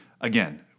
Again